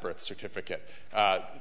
birth certificate